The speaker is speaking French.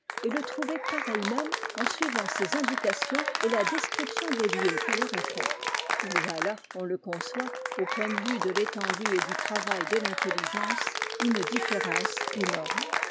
et le trouver par elles-mêmes en suivant ses indications et la description des lieux qu'elle aurait faite il y a là on le conçoit au point de vue de tétendue et du travail de tintelligence une différence énorme